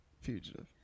fugitive